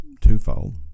twofold